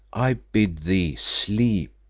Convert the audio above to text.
i bid thee sleep.